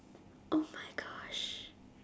oh my gosh